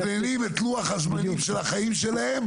הם מתכננים את לוח הזמנים של החיים שלהם.